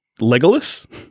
Legolas